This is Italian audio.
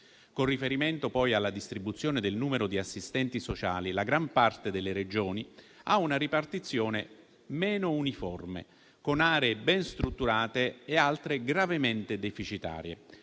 Con riferimento poi alla distribuzione del numero di assistenti sociali, la gran parte delle Regioni ha una ripartizione meno uniforme, con aree ben strutturate e altre gravemente deficitarie.